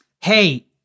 hey